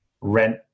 rent